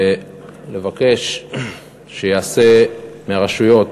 ולבקש מהרשויות,